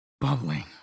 Bubbling